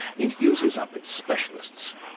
it uses up its specialists.